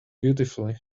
beautifully